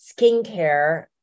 skincare